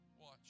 Watch